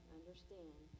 understand